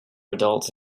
adults